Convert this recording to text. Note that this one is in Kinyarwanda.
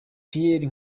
pierre